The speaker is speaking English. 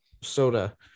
soda